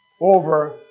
Over